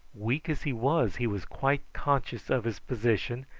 weak as he was he was quite conscious of his position,